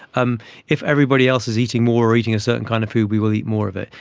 um if everybody else is eating more or eating a certain kind of food, we will eat more of it.